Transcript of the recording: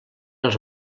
els